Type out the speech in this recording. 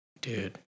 Dude